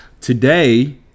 today